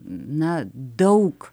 na daug